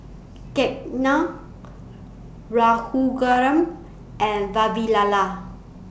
Ketna Raghuram and Vavilala